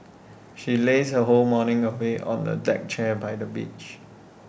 she lazed her whole morning away on A deck chair by the beach